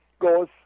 goes